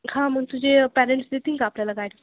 हां मग तुझे पॅरंट्स देतील का आपल्याला गाडी